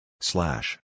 Slash